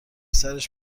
سرش